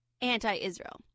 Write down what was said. anti-Israel